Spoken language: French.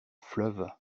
fleuve